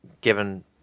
given